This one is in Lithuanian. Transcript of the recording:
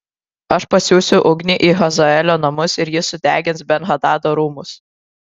aš pasiųsiu ugnį į hazaelio namus ir ji sudegins ben hadado rūmus